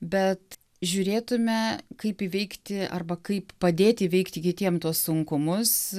bet žiūrėtume kaip įveikti arba kaip padėti įveikti kitiem tuos sunkumus